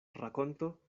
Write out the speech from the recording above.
rakonto